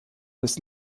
des